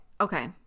okay